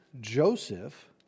Joseph